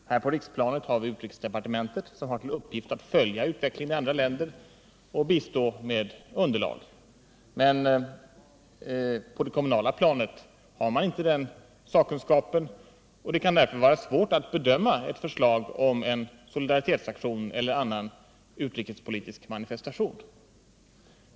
På riksplanet har vi utrikesdepartementet, som har till uppgift att följa utvecklingen i andra länder och bistå med underlag. Men på det kommunala planet har man inte den sakkunskapen, och det kan därför vara svårt att bedöma ett förslag om en solidaritetsaktion eller en annan utrikespolitisk manifestation.